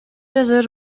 азыр